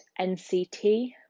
NCT